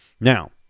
Now